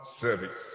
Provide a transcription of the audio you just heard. service